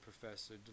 professor